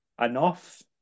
enough